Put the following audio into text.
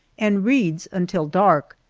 and reads until dark.